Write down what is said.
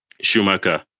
Schumacher